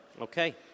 Okay